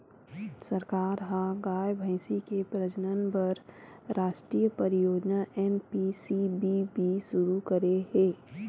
सरकार ह गाय, भइसी के प्रजनन बर रास्टीय परियोजना एन.पी.सी.बी.बी सुरू करे हे